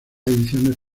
ediciones